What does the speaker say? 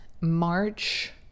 March